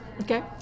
Okay